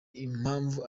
impamvu